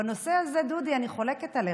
בנושא הזה, דודי, אני חולקת עליך.